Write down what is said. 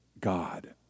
God